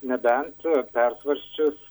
nebent persvarsčius